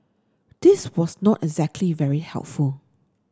this was not exactly very helpful